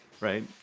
right